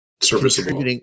serviceable